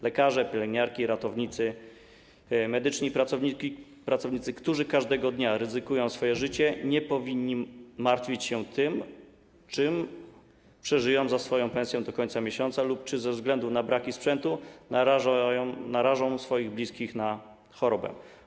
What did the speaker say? Lekarze, pielęgniarki, ratownicy medyczni, pracownicy, którzy każdego dnia ryzykują swoje życie, nie powinni martwić się tym, czy przeżyją za swoją pensję do końca miesiąca lub czy ze względu na braki sprzętu nie narażą swoich bliskich na chorobę.